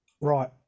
Right